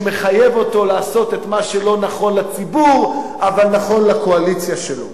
שמחייב אותו לעשות את מה שלא נכון לציבור אבל נכון לקואליציה שלו.